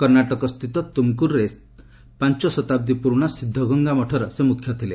କର୍ଣ୍ଣାଟକସ୍ଥିତ ତୁମକୁରୁରେ ସ୍ଥିତ ପାଞ୍ଚ ଶତାବ୍ଦୀ ପୁରୁଣା ସିଦ୍ଧଗଙ୍ଗା ମଠର ସେ ମୁଖ୍ୟ ଥିଲେ